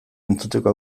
entzuteko